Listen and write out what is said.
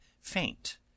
faint